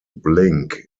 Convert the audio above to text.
blink